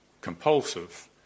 compulsive